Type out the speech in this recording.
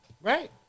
Right